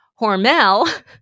Hormel